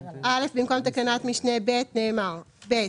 אחרי תקנת משנה (ב) נאמר: "(ב1)